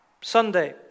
Sunday